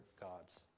gods